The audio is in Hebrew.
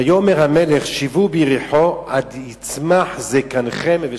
ויאמר המלך שבו ביריחו עד יצמח זקנכם ושבתם,